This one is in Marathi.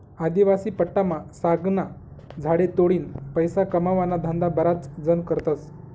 आदिवासी पट्टामा सागना झाडे तोडीन पैसा कमावाना धंदा बराच जण करतस